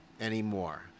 anymore